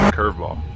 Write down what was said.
curveball